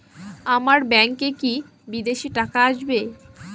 আমার ব্যংকে কি বিদেশি টাকা আসবে?